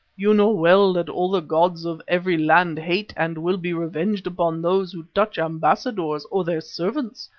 you know well that all the gods of every land hate and will be revenged upon those who touch ambassadors or their servants,